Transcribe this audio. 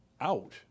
out